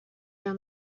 down